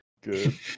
good